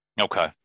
Okay